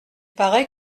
paraît